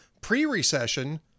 pre-recession